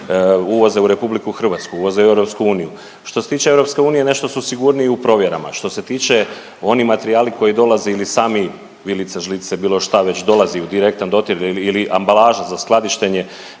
uvoze u RH, uvoze u EU, što se tiče EU, nešto su sigurniji i u provjerama. Što se tiče, oni materijali koji dolaze ili sami, vilice, žlice, bilo šta već dolazi u direktan dodir ili ambalaža za skladištenja